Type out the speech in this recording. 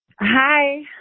hi